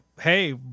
Hey